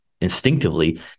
instinctively